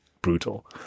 brutal